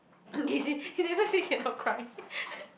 they never say cannot cry